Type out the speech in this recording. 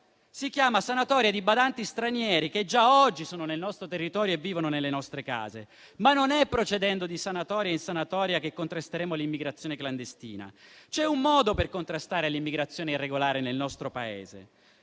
Si chiama sanatoria di badanti stranieri che già oggi sono nel nostro territorio e vivono nelle nostre case, ma non è procedendo di sanatoria in sanatoria che contrasteremo l'immigrazione clandestina. C'è un modo per contrastare l'immigrazione irregolare nel nostro Paese.